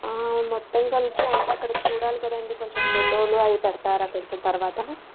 మొత్తం కలిపి అంటే అక్కడ చూడాలి కదండి కొంచం ఫోటోలు అవి పెడతారా కొంచెం తర్వాత